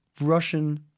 Russian